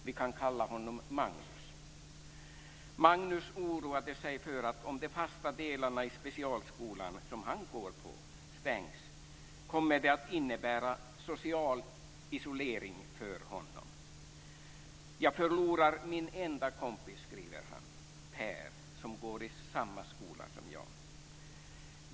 Vi kan kalla honom Magnus. Magnus oroade sig för att om de fasta delarna i specialskolan som han går på stängs, kommer det att innebära social isolering för honom. Jag förlorar min enda kompis Per, skriver han, som går i samma skola som jag.